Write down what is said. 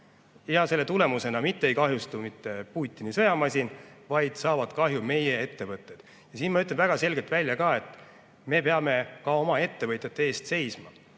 Ja selle tulemusena mitte ei kahjustu Putini sõjamasin, vaid saavad kahju meie ettevõtted. Ja siin ma ütlen väga selgelt välja, et me peame ka oma ettevõtjate eest seisma.